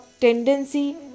tendency